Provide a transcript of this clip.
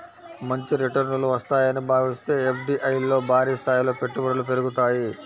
మంచి రిటర్నులు వస్తాయని భావిస్తే ఎఫ్డీఐల్లో భారీస్థాయిలో పెట్టుబడులు పెరుగుతాయి